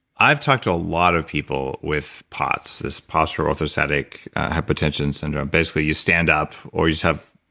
i've talked to a lot of people with pots, this postural orthostatic hypotension syndrome, basically you stand up or you just have.